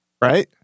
Right